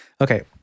Okay